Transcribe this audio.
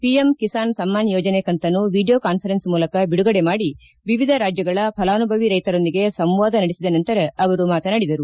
PM Kisan Samman ಯೋಜನೆ ಕಂತನ್ನು video ಮೂಲಕ ಬಿಡುಗಡೆ ಮಾಡಿ ವಿವಿಧ ರಾಜ್ಯಗಳ ಫಲಾನುಭವಿ ರೈತರೊಂದಿಗೆ ಸಂವಾದ ನಡೆಸಿದ ನಂತರ ಅವರು ಮಾತನಾಡಿದರು